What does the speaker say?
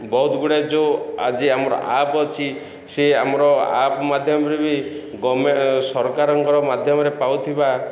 ବହୁତ ଗୁଡ଼ାଏ ଯେଉଁ ଆଜି ଆମର ଆପ୍ ଅଛି ସେ ଆମର ଆପ୍ ମାଧ୍ୟମରେ ବି ଗଭର୍ଣ୍ଣମେଣ୍ଟ ସରକାରଙ୍କର ମାଧ୍ୟମରେ ପାଉଥିବା